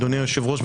אדוני היושב-ראש,